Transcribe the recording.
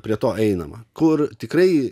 prie to einama kur tikrai